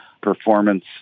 performance